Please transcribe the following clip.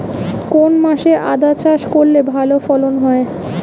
কোন মাসে আদা চাষ করলে ভালো ফলন হয়?